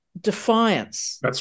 defiance